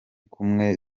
kumwe